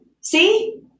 See